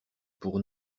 pour